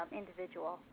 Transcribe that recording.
individual